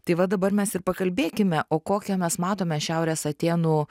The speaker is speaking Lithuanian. tai va dabar mes ir pakalbėkime o kokią mes matome šiaurės atėnų